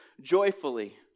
joyfully